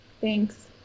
Thanks